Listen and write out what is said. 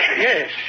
Yes